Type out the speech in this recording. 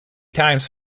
times